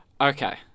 Okay